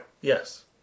Yes